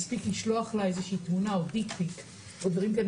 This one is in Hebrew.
מספיק לשלוח לה איזו שהיא תמונה או דיק-פיק או דברים כאלה.